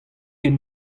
ken